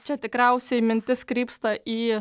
čia tikriausiai mintis krypsta į